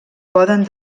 poden